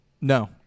No